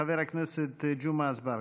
חבר הכנסת ג'מעה אזברגה.